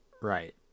Right